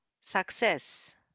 success